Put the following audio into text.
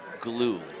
glue